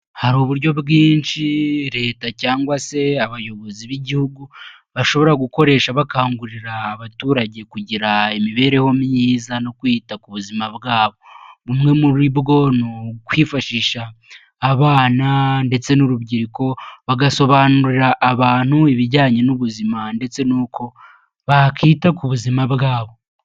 Hari uburyo bwinshi leta cyangwa se abayobozi b'igihugu, bashobora gukoresha bakangurira abaturage kugira imibereho myiza no kwita ku buzima bwabo, bumwe muri bwo ni ukwifashisha abana ndetse n'urubyiruko, bagasobanurira abantu ibijyanye n'ubuzima ndetse n'uko bakita ku buzima bwabo.